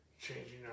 Changing